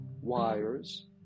wires